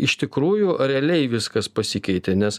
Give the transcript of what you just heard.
iš tikrųjų realiai viskas pasikeitė nes